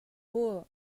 wool